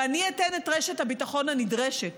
ואני אתן את רשת הביטחון הנדרשת.